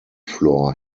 floor